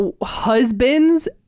husband's